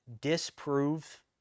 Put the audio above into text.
disprove